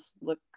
look